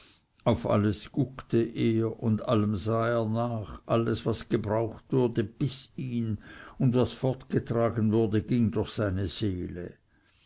auf alles guckte er und allem sah er nach alles was gebraucht wurde biß ihn und was fortgetragen wurde ging durch seine seele